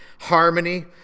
harmony